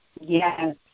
Yes